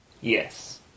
Yes